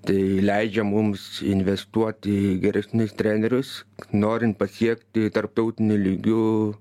tai leidžia mums investuot į geresnius trenerius norint pasiekti tarptautiniu lygiu